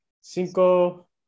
cinco